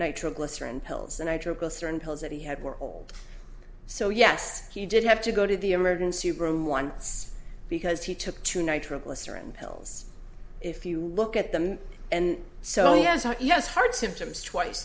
nitroglycerin pills and i dribble certain pills that he had were all so yes he did have to go to the emergency room once because he took two nitroglycerin pills if you look at them and so yes hard symptoms twice